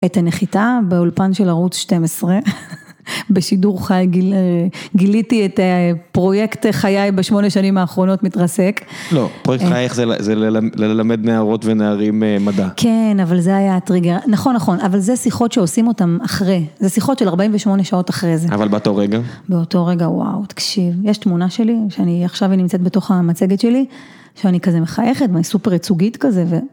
את הנחיתה באולפן של ערוץ 12, בשידור חי גיליתי את פרויקט חיי בשמונה שנים האחרונות מתרסק. לא, פרויקט חייך זה ללמד נערות ונערים מדע. כן, אבל זה היה הטריגר. נכון, נכון, אבל זה שיחות שעושים אותן אחרי, זה שיחות של 48 שעות אחרי זה. אבל באותו רגע. באותו רגע, וואו, תקשיב, יש תמונה שלי, שאני עכשיו היא נמצאת בתוך המצגת שלי, שאני כזה מחייכת, סופר יצוגית כזה.